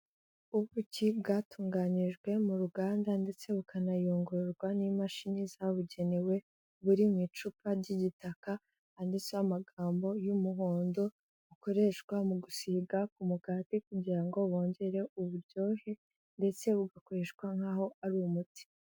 Ubuki bwatunganyirijwe mu ruganda ndetse bukanayungururwa n'imashini zabugenewe, buri mu icupa ry'igitaka, handitseho amagambo y'umuhondo, bukoreshwa mu gusiga ku mugati kugira ngo bongere uburyohe ndetse bugakoreshwa nk'aho ari umuti.